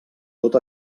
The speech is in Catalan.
tot